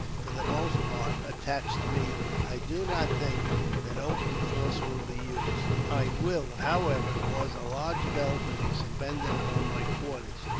for the most part, attached to me, i do not think that open force will be used. i will, however, cause a large bell to be suspended above my quarters.